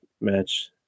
match